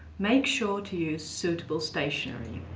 make sure to use suitable stationery,